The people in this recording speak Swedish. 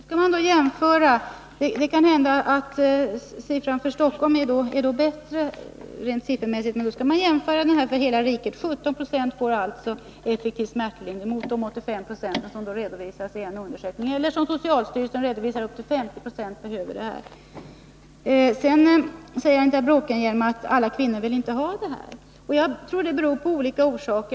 Fru talman! Det kan hända att siffrorna för Stockholm är bättre än för genomsnittet av riket. I hela riket får alltså 17 20 effektiv smärtlindring, medan det verkliga behovet enligt en undersökning är 85 20 och enligt Anita Bråkenhielm säger att alla kvinnor inte vill ha denna smärtlindring. Det finns säkerligen olika orsaker till det.